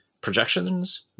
projections